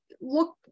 look